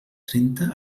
trenta